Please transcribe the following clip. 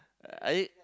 I